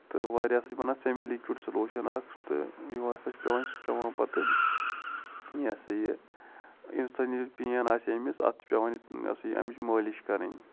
تہٕ واریاہ ہَسا چھِ بَنان سٮ۪می لِکوِڈ سلوٗشَن اَکھ تہٕ یہوے ہَسا چھِ پٮ۪وان پٮ۪وان پَتہٕ یہِ ہَسا یہِ یُس زَن یہِ پین آسہِ ییٚمِس اَتھ تہِ چھُ پٮ۪وان یہِ ہَسا یہِ اَمِچ مٲلِش کَرٕنۍ